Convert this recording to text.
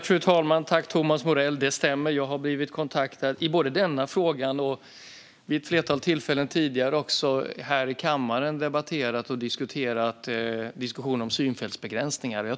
Fru talman! Tack, Thomas Morell! Det stämmer att jag har blivit kontaktad i den här frågan, och jag har även vid ett flertal tillfällen tidigare här i kammaren debatterat och diskuterat frågan om synfältsbegränsningar.